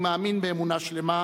אני מאמין באמונה שלמה